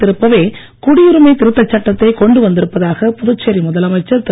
திருப்பவே குடியுரிமை திருத்தச் சட்டதை கொண்டு வந்திருப்பதாக முதலமைச்சர் திரு